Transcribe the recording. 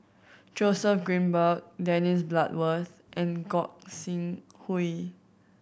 Joseph Grimberg Dennis Bloodworth and Gog Sing Hooi